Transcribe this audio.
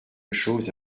chose